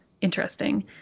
interesting